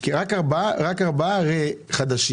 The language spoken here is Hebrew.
הרי רק 4 הם חדשים,